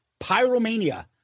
Pyromania